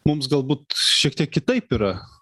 mums galbūt šiek tiek kitaip yra